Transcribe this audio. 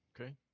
Okay